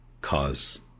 cause